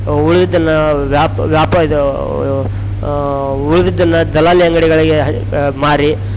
ಉಳ್ದಿದ್ದನ್ನ ವ್ಯಾಪ ವ್ಯಾಪಾ ಇದು ಉಳ್ದಿದ್ದನ್ನು ದಲ್ಲಾಳಿ ಅಂಗಡಿಗಳಿಗೆ ಮಾರಿ